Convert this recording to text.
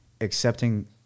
accepting